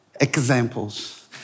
examples